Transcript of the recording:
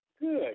Good